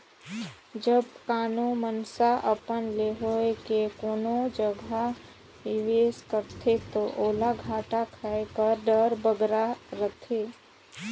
जब कानो मइनसे अपन ले होए के कोनो जगहा निवेस करथे ता ओला घाटा खाए कर डर बगरा रहथे